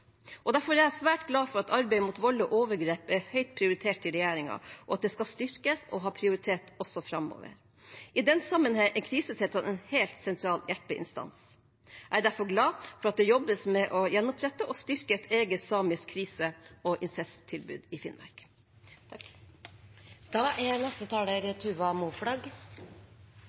Derfor er jeg svært glad for at arbeidet mot vold og overgrep er høyt prioritert i regjeringen, og at det skal styrkes og ha prioritet også framover. I den sammenheng er krisesentrene en helt sentral hjelpeinstans. Jeg er derfor glad for at det jobbes med å gjenopprette og styrke et eget samisk krise- og incesttilbud i Finnmark.